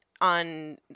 on